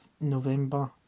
November